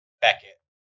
Beckett